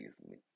easily